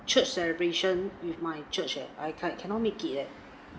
church celebration with my church eh I can't cannot make it eh